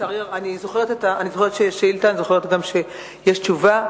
זוכרת שיש השאילתא, אני זוכרת גם שיש תשובה.